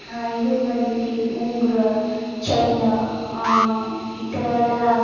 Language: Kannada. ಎಂಗೇಜ್ಮೆಂಟಿಗೆ ಉಂಗುರ ಚೈನ ಈ ಥರ ಎಲ್ಲ